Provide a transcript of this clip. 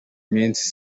minsi